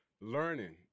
learning